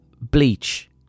bleach